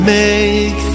make